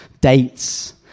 dates